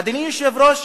אדוני היושב-ראש,